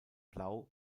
blau